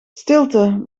stilte